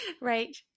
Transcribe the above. Right